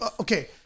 Okay